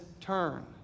turn